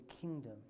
kingdom